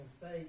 faith